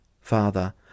Father